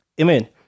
Amen